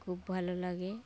খুব ভালো লাগে